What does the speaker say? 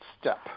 step